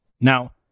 Now